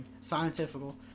scientifical